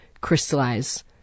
crystallize